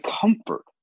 comfort